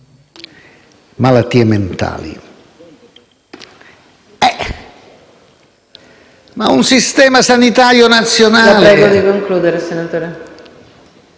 malattie mentali. Ma un Sistema sanitario nazionale